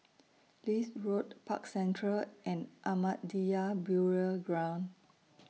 Leith Road Park Central and Ahmadiyya Burial Ground